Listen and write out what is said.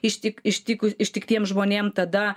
ištik ištikus ištiktiem žmonėm tada